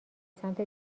سمت